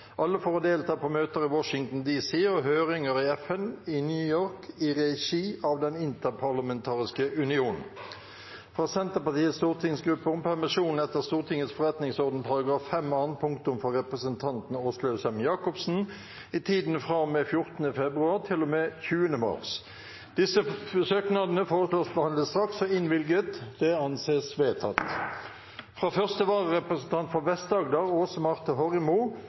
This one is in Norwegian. alle for å delta på møter i Washington D.C. og høringer i FN i New York i regi av Den interparlamentariske union fra Senterpartiets stortingsgruppe om permisjon etter Stortingets forretningsorden § 5 annet punktum for representanten Åslaug Sem-Jacobsen i tiden fra og med 14. februar til og med 20. mars Disse søknader foreslås behandlet straks og innvilget. – Det anses vedtatt. Fra første vararepresentant for